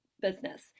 business